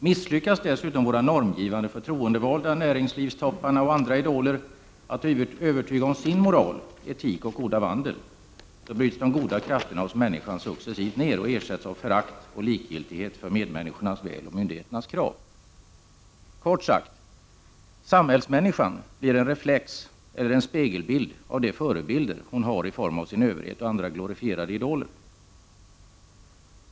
Misslyckas dessutom våra normgivande förtroendevalda, näringslivstopparna och andra idoler med att övertyga om sin moral, etik och goda vandel, bryts de goda krafterna hos människan successivt ned och ersätts av förakt och likgiltighet för medmänniskornas väl och myndigheternas krav. Kort sagt: Samhällsmänniskan blir en reflex, eller en spegelbild, av de förebilder hon har i form av sin överhet och andra glorifierade idoler.